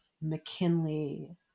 mckinley